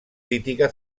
crítica